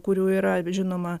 kurių yra žinoma